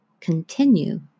continue